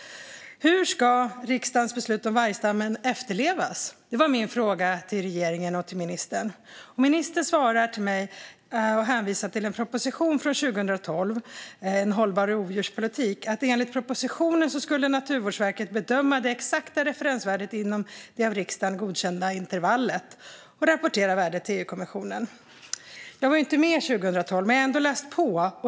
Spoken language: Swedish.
Hur ska riksdagens beslut om vargstammen efterlevas, var min fråga till regeringen. Ministern hänvisade till en proposition från 2012, En hållbar rovdjurs politik . Enligt propositionen skulle Naturvårdsverket bedöma det exakta referensvärdet inom det av riksdagen godkända intervallet och rapportera värdet till EU-kommissionen. Jag var inte med 2012, men jag har ändå läst på.